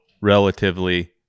relatively